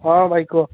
ହଁ ଭାଇ କୁହ